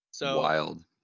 Wild